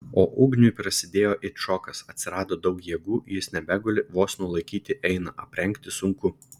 o ugniui prasidėjo it šokas atsirado daug jėgų jis nebeguli vos nulaikyti eina aprengti sunku